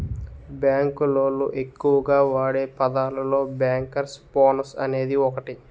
bank లోళ్ళు ఎక్కువగా వాడే పదాలలో బ్యేంకర్స్ బోనస్ అనేది ఒకటి